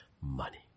Money